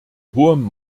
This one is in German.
hohem